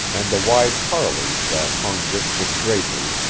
and the wide parlors that hung rich with drapery,